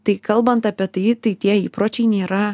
tai kalbant apie tai tai tie įpročiai nėra